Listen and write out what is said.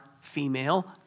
female